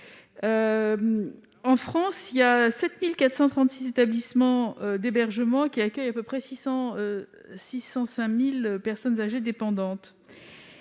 En France, 7 436 établissements d'hébergement accueillent à peu près 605 000 personnes âgées dépendantes.